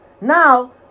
Now